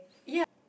yeah